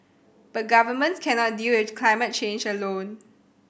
but government cannot deal with climate change alone